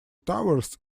towers